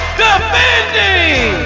defending